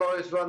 כפר יהושע,